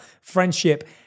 friendship